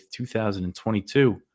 2022